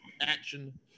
action